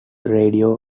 radio